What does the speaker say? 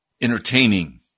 entertaining